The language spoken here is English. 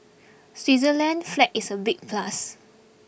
Switzerland's flag is a big plus